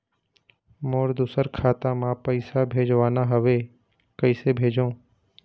मोर दुसर खाता मा पैसा भेजवाना हवे, कइसे भेजों?